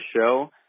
show